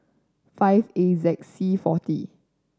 five A Z C forty